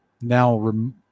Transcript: now